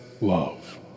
love